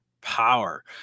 power